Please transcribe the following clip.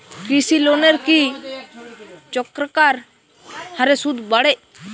কৃষি লোনের কি চক্রাকার হারে সুদ বাড়ে?